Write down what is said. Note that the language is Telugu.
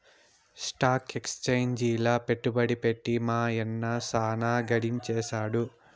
స్టాక్ ఎక్సేంజిల పెట్టుబడి పెట్టి మా యన్న సాన గడించేసాడు